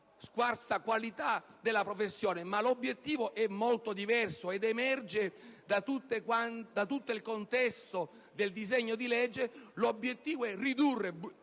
scarsa qualità della professione. L'obiettivo però è molto diverso ed emerge da tutto il contesto del disegno di legge: si tratta di ridurre,